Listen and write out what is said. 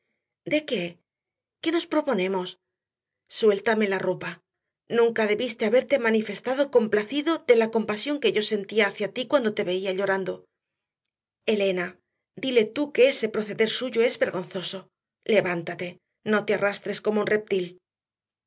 de qué qué nos proponemos suéltame la ropa nunca debiste haberte manifestado complacido de la compasión que yo sentía hacia ti cuando te veía llorando elena dile tú que ese proceder suyo es vergonzoso levántate no te arrastres como un reptil